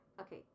Okay